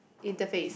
interface